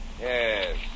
Yes